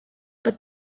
but